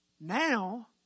Now